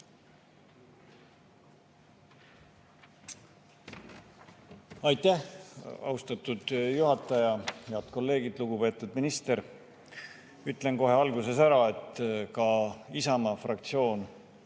Aitäh, austatud juhataja! Head kolleegid! Lugupeetud minister! Ütlen kohe alguses ära, et ka Isamaa fraktsioon